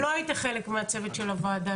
אבל לא היית חלק מהצוות של הוועדה.